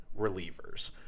relievers